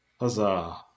Huzzah